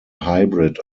hybrid